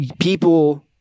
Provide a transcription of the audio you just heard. people